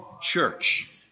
church